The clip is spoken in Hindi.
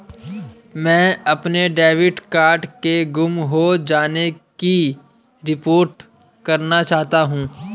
मैं अपने डेबिट कार्ड के गुम हो जाने की रिपोर्ट करना चाहता हूँ